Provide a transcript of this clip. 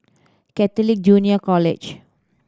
Catholic Junior College